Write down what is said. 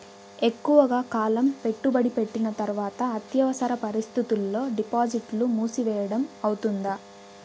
ఎక్కువగా కాలం పెట్టుబడి పెట్టిన తర్వాత అత్యవసర పరిస్థితుల్లో డిపాజిట్లు మూసివేయడం అవుతుందా?